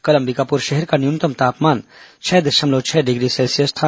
कल अंबिकापुर शहर का न्यूनतम तापमान छह दशमलव छह डिग्री सेल्सियस था